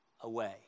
away